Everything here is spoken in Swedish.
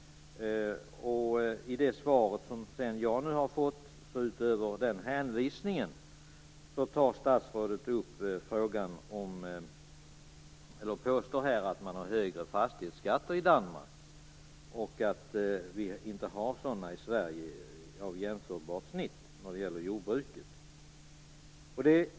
I det svar som jag nu har fått påstår statsrådet, utöver den hänvisningen, att man har högre fastighetsskatter i Danmark och att vi inte har sådana av jämförbart snitt i Sverige när det gäller jordbruket.